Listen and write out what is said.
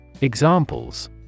Examples